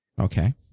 Okay